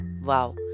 Wow